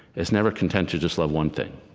it's never content to just love one thing.